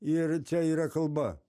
ir čia yra kalba